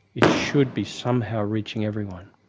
it should be somehow reaching everyone